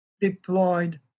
deployed